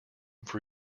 for